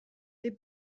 they